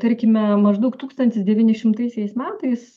tarkime maždaug tūkstantis devynišimtaisiais metais